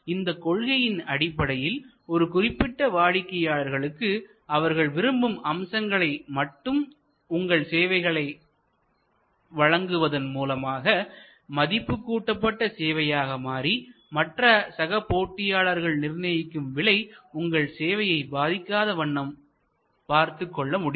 இந்தக் கொள்கையின் அடிப்படையில் ஒரு குறிப்பிட்ட வாடிக்கையாளர்களுக்கு அவர்கள் விரும்பும் அம்சங்களை மட்டும் உங்கள் சேவைகளில் வழங்குவதன் மூலமாக மதிப்புக்கூட்டப்பட்ட சேவையாக மாறி மற்ற சக போட்டியாளர்கள் நிர்ணயிக்கும் விலை உங்களை சேவையை பாதிக்காத வண்ணம் பார்த்துக் கொள்ள முடியும்